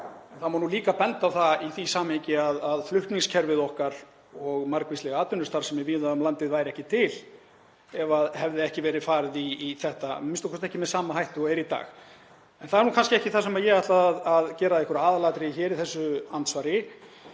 það má líka benda á það í því samhengi að flutningskerfið okkar og margvísleg atvinnustarfsemi víða um landið væri ekki til ef ekki hefði verið farið í þetta, a.m.k. ekki með sama hætti og er í dag. En það er nú kannski ekki það sem ég ætlaði að gera að aðalatriði í þessu andsvari.